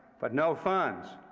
but no funds.